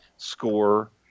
score